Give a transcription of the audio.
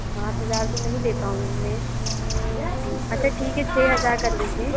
सात हज़ार तो नहीं दे पाऊंगी मैं अच्छा ठीक है छ हज़ार कर लीजिए